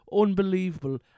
unbelievable